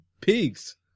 pigs